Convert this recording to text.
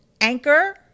Anchor